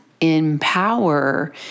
empower